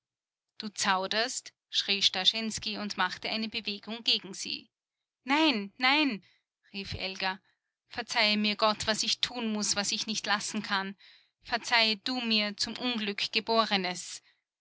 du zauderst schrie starschensky und machte eine bewegung gegen sie nein nein rief elga verzeihe mir gott was ich tun muß was ich nicht lassen kann verzeihe du mir zum unglück gebornes